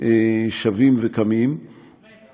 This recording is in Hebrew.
שבים וקמים, אמן.